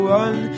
one